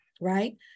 right